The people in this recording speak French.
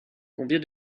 combien